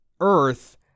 earth